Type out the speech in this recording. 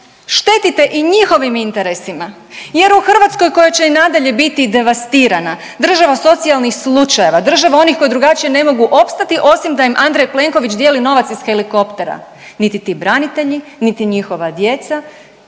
štetite i njihovim interesima, jer u Hrvatskoj koja će i nadalje biti devastirana, država socijalnih slučajeva, država onih koji drugačije ne mogu opstati osim da im Andrej Plenković dijeli novac iz helikoptera. Niti ti branitelji, niti njihova djeca,